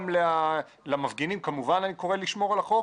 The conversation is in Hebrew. גם למפגינים כמובן אני קורא לשמור על החוק,